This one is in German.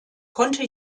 konnte